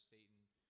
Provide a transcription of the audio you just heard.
Satan